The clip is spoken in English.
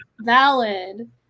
Valid